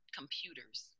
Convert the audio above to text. computers